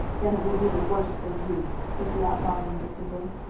then it will be the worse for you, said the outlaw vindictively.